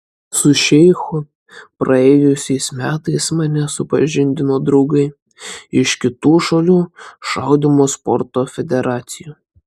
su šeichu praėjusiais metais mane supažindino draugai iš kitų šalių šaudymo sporto federacijų